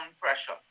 pressure